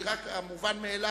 אני אומר את המובן מאליו.